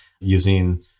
using